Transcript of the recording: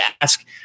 ask